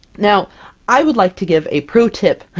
now i would like to give a pro-tip,